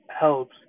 helps